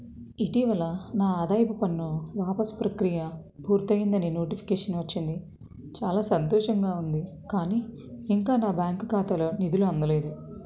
ఇటీవల నా ఆదాయపు పన్ను వాపస్ ప్రక్రియ పూర్తయిందని నోటిఫికేషన్ వచ్చింది చాలా సంతోషంగా ఉంది కానీ ఇంకా నా బ్యాంక్ ఖాతాలో నిధులు అందలేదు